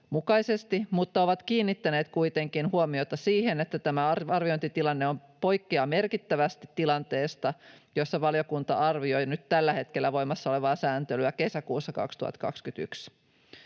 mutta he ovat kiinnittäneet kuitenkin huomiota siihen, että tämä arviointitilanne poikkeaa merkittävästi siitä tilanteesta kesäkuussa 2021, jossa valiokunta arvioi nyt tällä hetkellä voimassa olevaa sääntelyä. Kun tämä